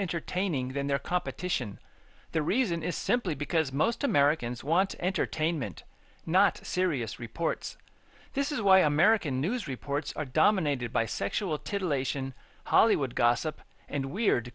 entertaining than their competition the reason is simply because most americans want entertainment not serious reports this is why american news reports are dominated by sexual titillate sion hollywood gossip and weird